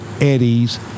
Eddies